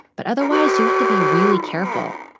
but otherwise you have to be really careful,